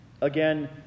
Again